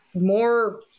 more